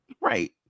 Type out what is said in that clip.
right